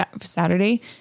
Saturday